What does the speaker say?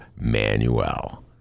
Manuel